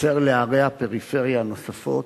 אשר לערי הפריפריה הנוספות,